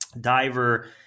diver